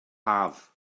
haf